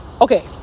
okay